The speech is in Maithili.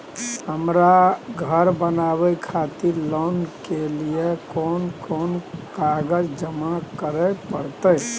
हमरा धर बनावे खातिर लोन के लिए कोन कौन कागज जमा करे परतै?